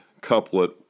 couplet